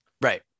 Right